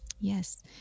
yes